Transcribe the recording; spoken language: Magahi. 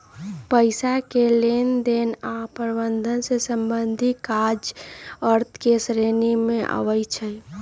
पइसा के लेनदेन आऽ प्रबंधन से संबंधित काज अर्थ के श्रेणी में आबइ छै